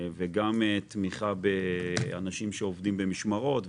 גם את הנושא שנוגע לתמיכה באנשים שעובדים במשמרות,